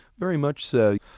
very much so.